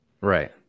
Right